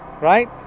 right